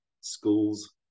schools